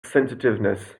sensitiveness